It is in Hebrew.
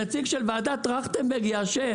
הנציג של ועדת טרכטנברג יאשר